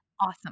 awesome